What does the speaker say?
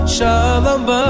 Shalom